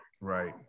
Right